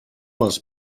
les